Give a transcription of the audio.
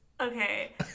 Okay